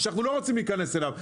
שאנחנו לא רוצים להיכנס אליו.